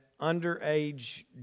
underage